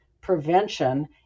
prevention